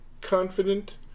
confident